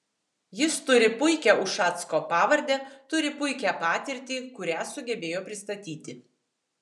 jis turi puikią ušacko pavardę turi puikią patirtį kurią sugebėjo pristatyti